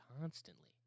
constantly